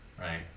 right